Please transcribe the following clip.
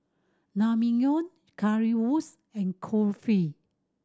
Currywurst and Kulfi